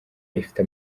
ifite